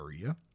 area